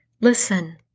Listen